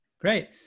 Great